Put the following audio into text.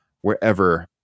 wherever